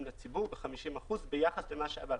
לציבור ב-50 אחוזים ביחס למה שהיה ב-2015.